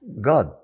God